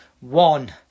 One